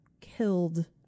killed